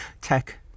Tech